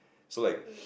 so like